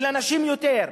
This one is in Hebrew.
ולנשים יותר?